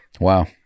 Wow